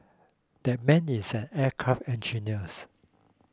that man is an aircraft engineers